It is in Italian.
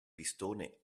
pistone